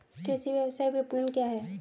कृषि व्यवसाय विपणन क्या है?